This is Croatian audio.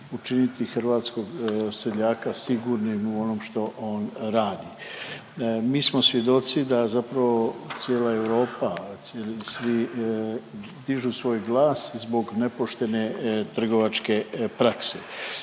hrvatskog seljaka sigurnim u ono što on radi. Mi smo svjedoci da zapravo cijela Europa, a svi dižu svoj glas zbog nepoštene trgovačke prakse,